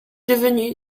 devenue